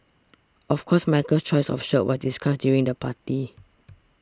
of course Michael's choice of shirt was discussed during the party